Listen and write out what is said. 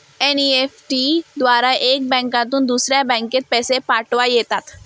NEFT द्वारे एका बँकेतून दुसऱ्या बँकेत पैसे पाठवता येतात